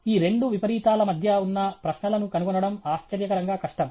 ఈ రెండు విపరీతాల మధ్య ఉన్న ప్రశ్నలను కనుగొనడం ఆశ్చర్యకరంగా కష్టం